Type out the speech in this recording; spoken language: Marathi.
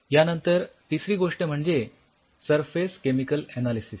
यानंतर तिसरी गोष्ट म्हणजे सरफेस केमिकल अनालिसिस